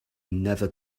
never